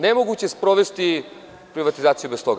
Nemoguće je sprovesti privatizaciju bez toga.